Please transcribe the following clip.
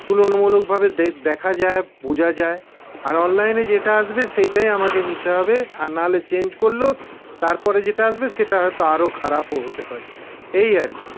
তুলনামূলকভাবে দেক দেখা যায় বোঝা যায় আর অনলাইনে যেটা আসবে সেটাই আমাকে নিতে হবে আর নাহলে চেঞ্জ করলেও তারপরে যেটা আসবে সেটা হয়ত আরও খারাপও হতে পারে এই আর কি